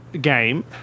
game